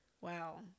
Wow